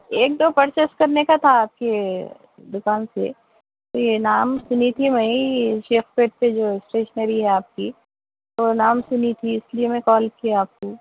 ایک دو پرچیز کرنے کا تھا آپ کے دوکان سے یہ نام سنی تھی میں شیخ پیڈ پہ جو اسٹیشنری ہے آپ کی تو نام سنی تھی اس لیے میں کال کیا آپ کو